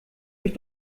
mich